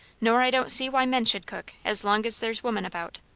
nor i don't see why men should cook, as long as there's women about.